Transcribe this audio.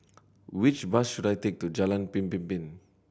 which bus should I take to Jalan Pemimpin